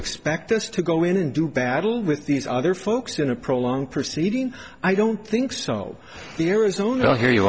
expect us to go in and do battle with these other folks in a prolonged proceeding i don't think so the arizona law here you